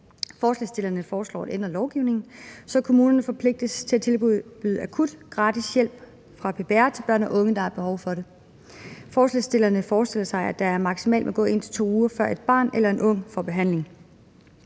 Forslagsstillerne foreslår at ændre lovgivningen, så kommunerne forpligtes til at tilbyde akut gratis hjælp fra PPR til børn og unge, der har behov for det. Forslagsstillerne forestiller sig, at der maksimalt må gå 1 til 2 uger, før et barn eller en ung får behandling.